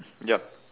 yup